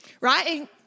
Right